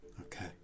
Okay